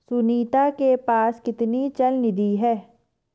सुनीता के पास कितनी चल निधि है?